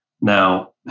Now